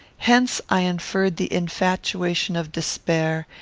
hence i inferred the infatuation of despair,